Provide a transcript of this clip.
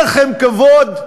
אין לכם כבוד?